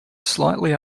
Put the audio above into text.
slightly